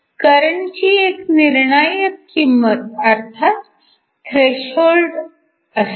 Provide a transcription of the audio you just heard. करंटची एक निर्णायक किंमत अर्थात थ्रेशहोल्ड असते